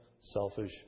selfish